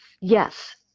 Yes